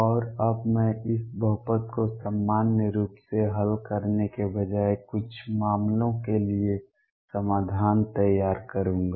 और अब मैं इस बहुपद को सामान्य रूप से हल करने के बजाय कुछ मामलों के लिए समाधान तैयार करूंगा